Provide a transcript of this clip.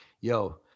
yo